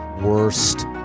worst